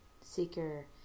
Seeker